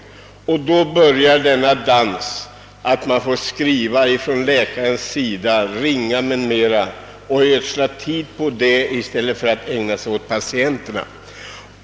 Då börjar denna tidsödande dans att läkaren måste ägna tid åt att skriva och ringa till sjukkassor i stället för att i egentlig mening ägna sig åt patienterna.